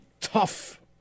tough